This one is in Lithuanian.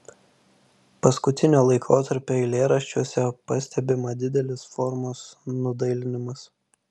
paskutinio laikotarpio eilėraščiuose pastebima didelis formos nudailinimas